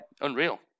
unreal